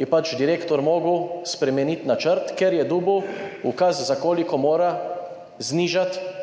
je pač direktor moral spremeniti načrt, ker je dobil ukaz, za koliko mora znižati